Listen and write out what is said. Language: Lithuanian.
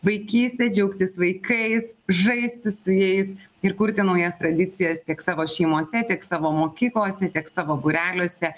vaikyste džiaugtis vaikais žaisti su jais ir kurti naujas tradicijas tiek savo šeimose tiek savo mokyklose tiek savo būreliuose